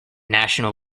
national